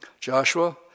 Joshua